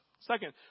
Second